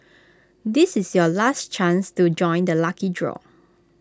this is your last chance to join the lucky draw